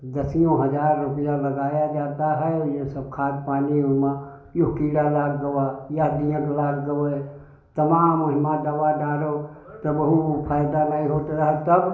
दसियों हज़ार रुपया लगाया जाता है और यह सब खाद पानी उसमें यह कीड़ा लग गया यह दीमक लाग गए तमाम उसमें दवा डालो तब भी फ़ायदा नहीं होता रहता है तब